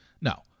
No